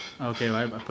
Okay